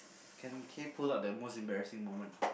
can kay pull up the most embarrassing moment